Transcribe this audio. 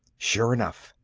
sure enough,